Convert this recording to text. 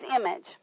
image